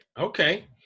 okay